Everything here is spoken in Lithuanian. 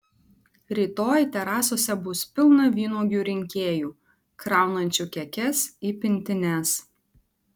rytoj terasose bus pilna vynuogių rinkėjų kraunančių kekes į pintines